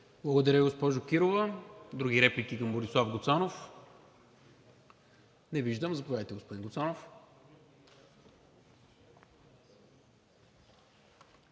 Благодаря, госпожо Кирова. Други реплики към Борислав Гуцанов? Не виждам. Заповядайте, господин Гуцанов.